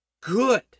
Good